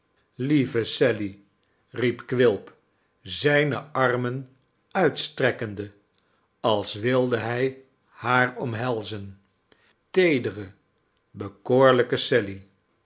lieve sally riep quilp zijne armen uitstrekkende als wilde hij haar omhelzen teedere bekoorlijke sally